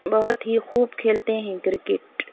بہت ہی خوب کھیلتے ہیں کرکٹ